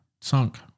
sunk